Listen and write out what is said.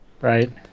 right